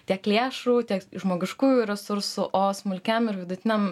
tiek lėšų tiek žmogiškųjų resursų o smulkiam ir vidutiniam